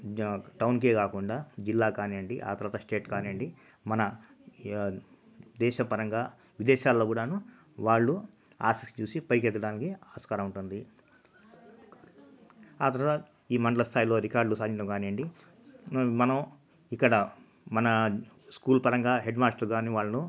టౌన్కే కాకుండా జిల్లా కానివ్వండి ఆ తర్వాత స్టేట్ కానివ్వండి మన దేశ పరంగా విదేశాల్లో కూడాను వాళ్ళు ఆసక్తి చూసి పైకి ఎదగడానికి ఆస్కారం ఉంటుంది ఆ తర్వాత ఈ మండల స్థాయిలో అధికారులు సాధించడం కానివ్వండి మనం ఇక్కడ మన స్కూల్ పరంగా హెడ్మాస్టర్ కానివ్వండి వాళ్ళను